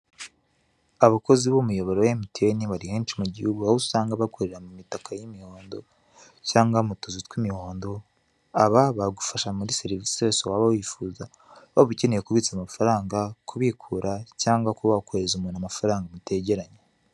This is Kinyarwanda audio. Abakozi b'umuyoboro MTN bari henshi mu gihugu aho usanga bakorera mu imitakako y'imihondo cyangwa mu tuzu tw'imihondo, aba bagufasha muri serivisi zose waba wifuza, waba ukeneye kubitsa amafaranga, kubikura cyangwa kuba wakoherereza umuntu amafaranga mutegeranye.